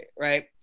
right